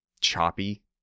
choppy